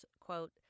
quote